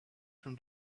from